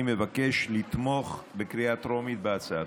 אני מבקש לתמוך בקריאה טרומית בהצעה.